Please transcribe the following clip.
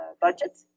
budget